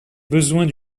besoins